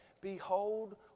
Behold